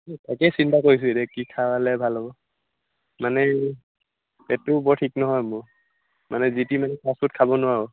তাকেই চিন্তা কৰিছোঁ এতিয়া কি খালে ভাল হ'ব মানে পেটটোও বৰ ঠিক নহয় মোৰ মানে যিটি মানে ফাষ্টফুড খাব নোৱাৰোঁ